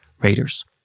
Raiders